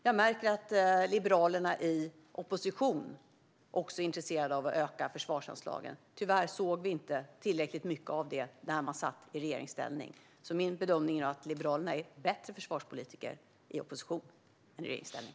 Jag märker att Liberalerna i opposition är intresserade av att öka försvarsanslagen. Tyvärr såg vi inte tillräckligt mycket av det när de satt i regeringsställning. Min bedömning är att Liberalerna är bättre försvarspolitiker i opposition än i regeringsställning.